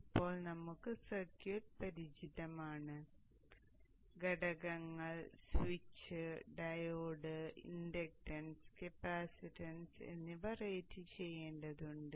ഇപ്പോൾ നമുക്ക് സർക്യൂട്ട് പരിചിതമാണ് ഘടകങ്ങൾ സ്വിച്ച് ഡയോഡ് ഇൻഡക്റ്റൻസ് കപ്പാസിറ്റൻസ് എന്നിവ റേറ്റ് ചെയ്യേണ്ടതുണ്ട്